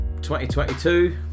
2022